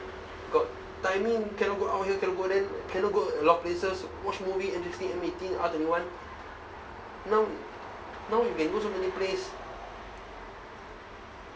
got timing cannot go out here cannot go there cannot go a lot of places watch movie N sixtenn M eighteen R twenty-one now now we can go so many place